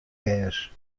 gers